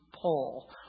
pull